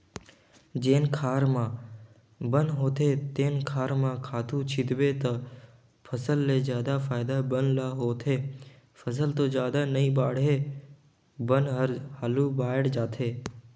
जेन खार म बन होथे तेन खार म खातू छितबे त फसल ले जादा फायदा बन ल होथे, फसल तो जादा नइ बाड़हे बन हर हालु बायड़ जाथे